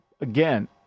again